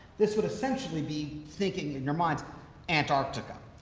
this would essentially be thinking in your minds antarctica,